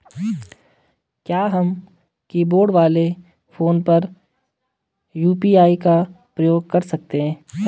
क्या हम कीबोर्ड वाले फोन पर यु.पी.आई का प्रयोग कर सकते हैं?